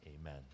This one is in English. Amen